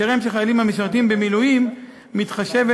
לשאיריהם של חיילים המשרתים במילואים מתחשבת